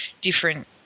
different